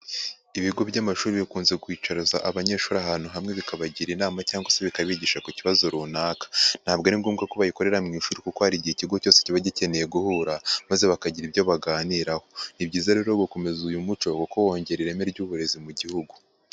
Ibigo by'amashuri bikunze kwicaza abanyeshuri ahantu hamwe bikabagira inama cyangwa se bikabigisha ku kibazo runaka, ntabwo ari ngombwa ko bayikorera mu ishuri kuko hari igihe ikigo cyose kiba gikeneye guhura maze bakagira ibyo baganiraho, ni byiza rero gukomeza uyu muco kuko wongera ireme ry'uburezi mu gihugu.